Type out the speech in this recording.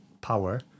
Power